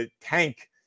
tank